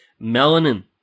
Melanin